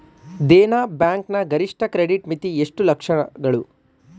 Dena bank ನ ಗರಿಷ್ಠ credit ಮಿತಿ ಎಷ್ಟು ಲಕ್ಷಗಳು?